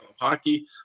hockey